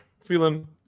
feeling